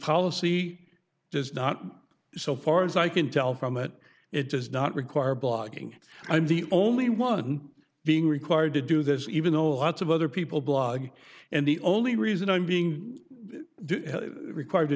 policy does not so far as i can tell from it it does not require blogging i'm the only one being required to do this even though lots of other people blog and the only reason i'm being required to